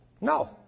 No